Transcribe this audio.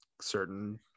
certain